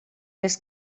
les